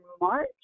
march